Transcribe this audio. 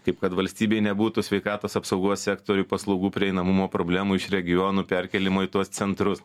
kaip kad valstybei nebūtų sveikatos apsaugos sektoriui paslaugų prieinamumo problemų iš regionų perkėlimo į tuos centrus